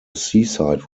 seaside